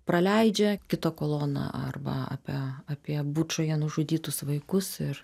praleidžia kitą koloną arba apie apie bučoje nužudytus vaikus ir